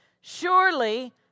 Surely